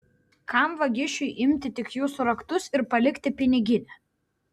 kam vagišiui imti tik jūsų raktus ir palikti piniginę